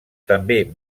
també